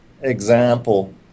example